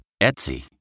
Etsy